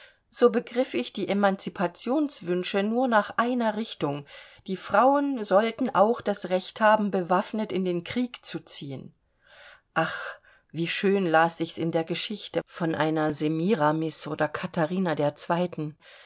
so begriff ich die emanzipationswünsche nur nach einer richtung die frauen sollten auch das recht haben bewaffnet in den krieg zu ziehen ach wie schön las sich's in der geschichte von einer semiramis oder katharina ii